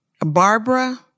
Barbara